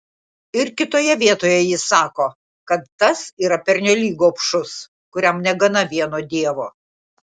ir kitoje vietoje jis sako kad tas yra pernelyg gobšus kuriam negana vieno dievo